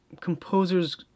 composers